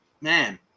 man